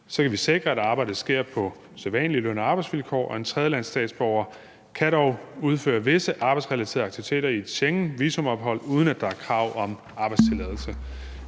Så kan vi sikre, at arbejdet sker på sædvanlige løn- og arbejdsvilkår. En tredjelandsstatsborger kan dog udføre visse arbejdsrelaterede aktiviteter i et Schengenvisumophold, uden at der er krav om arbejdstilladelse.